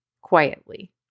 quietly